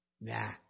Nah